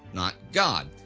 not god.